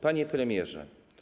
Panie Premierze!